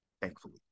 thankfully